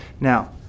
Now